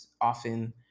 often